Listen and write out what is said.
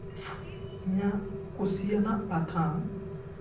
ᱤᱧᱟᱹᱜ ᱠᱩᱥᱤᱭᱟᱱᱟᱜ ᱯᱟᱛᱷᱟᱢ